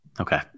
Okay